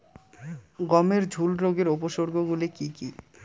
গমের ঝুল রোগের উপসর্গগুলি কী কী?